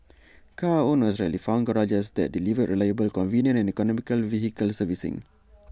car owners rarely found garages that delivered reliable convenient and economical vehicle servicing